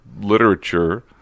literature